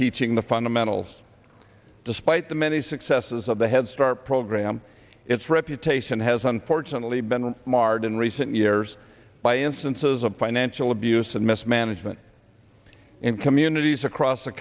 teaching the fundamentals despite the many successes of the head start program its reputation has unfortunately been marred in recent years by instances of financial abuse and mismanagement in communities across the